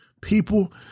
People